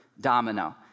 domino